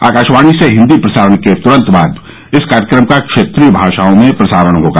आकाशवाणी से हिंदी प्रसारण के तुरंत बाद इस कार्यक्रम का क्षेत्रीय भाषाओं में प्रसारण होगा